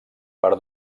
per